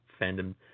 fandom